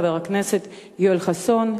חבר הכנסת יואל חסון,